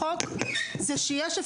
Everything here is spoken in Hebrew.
יש פה התייחסות בחוק --- אבל הוכיחו,